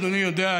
אדוני יודע,